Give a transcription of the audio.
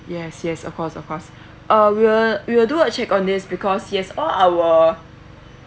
yes yes of course of course uh we'll we'll do a check on this because he has all our